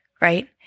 right